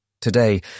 Today